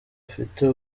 afite